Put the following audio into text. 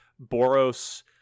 boros